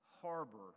harbor